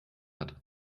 hat